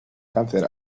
cáncer